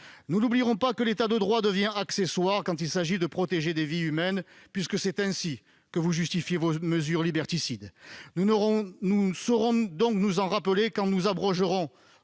Nous n'oublierons pas que l'État de droit devient accessoire, quand il s'agit de protéger des vies humaines, puisque c'est ainsi que vous justifiez vos mesures liberticides. Nous saurons nous en rappeler quand nous abrogerons